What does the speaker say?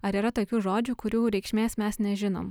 ar yra tokių žodžių kurių reikšmės mes nežinom